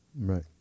right